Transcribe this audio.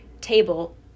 table